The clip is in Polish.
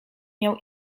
miał